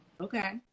Okay